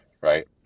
right